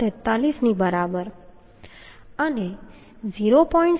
443 ની બરાબર અને 0